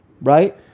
right